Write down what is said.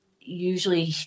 usually